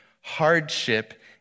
hardship